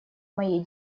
моей